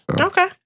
Okay